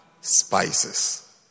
spices